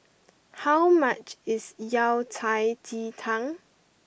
how much is Yao Cai Ji Tang